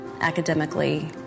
academically